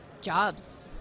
jobs